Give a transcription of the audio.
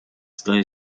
zdaje